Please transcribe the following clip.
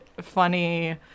funny